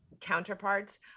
counterparts